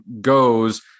goes